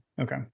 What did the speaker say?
okay